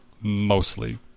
mostly